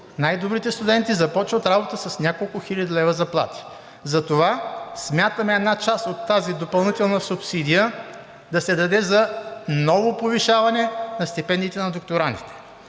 най-добрите студенти започват работа с няколко хиляди лева заплата, затова смятаме една част от тази допълнителна субсидия да се даде за ново повишаване на стипендиите на докторантите.